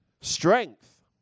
Strength